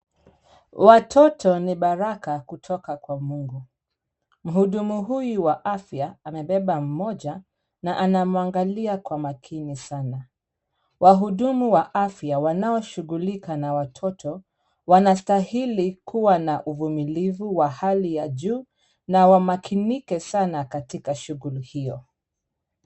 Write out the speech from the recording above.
Watoto ni baraka kutoka kwa Mungu. Mhudumu huyu wa afya amebeba mmoja na anamwangalia kwa makini sana. Wahudumu wa afya wanaoshughulika na watoto, wanastahili kuwa na uvumilivu wa hali ya juu na wamakinike sana katika shughuli hiyo.